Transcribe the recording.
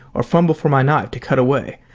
or fumble for my knife to cut away,